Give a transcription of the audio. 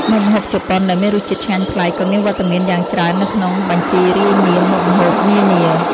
មុខម្ហូបជប៉ុនដែលមានរសជាតិឆ្ងាញ់ប្លែកក៏មានវត្តមានយ៉ាងច្រើននៅក្នុងបញ្ជីរាយនាមមុខម្ហូបនានា។